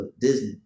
Disney